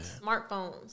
smartphones